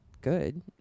good